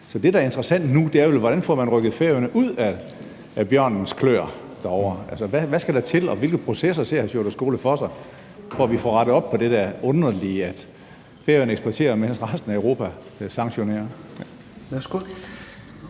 Så det, der er interessant nu, er vel, hvordan man får rykket Færøerne ud af bjørnens klør derovre. Altså, hvad skal der til, og hvilke processer ser hr. Sjúrður Skaale for sig, hvor vi får rettet op på det der underlige med, at Færøerne eksporterer, mens resten af Europa sanktionerer?